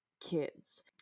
kids